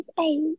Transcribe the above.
eight